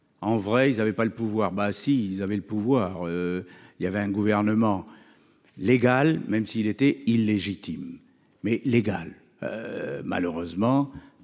En vrai il n'avait pas le pouvoir. Ben si il avait le pouvoir. Il y avait un gouvernement. Légal, même s'il était illégitime, mais légal. Malheureusement